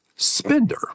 spender